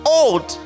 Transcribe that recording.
old